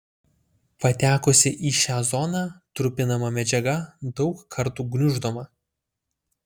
patekusi į šią zoną trupinama medžiaga daug kartų gniuždoma